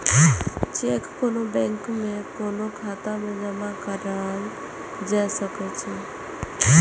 cheque कोनो bank में कोनो खाता मे जमा कराओल जा सकै छै